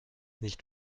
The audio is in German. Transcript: nicht